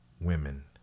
women